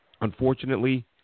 unfortunately